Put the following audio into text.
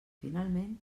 finalment